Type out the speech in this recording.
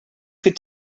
could